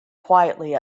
quietly